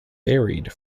varied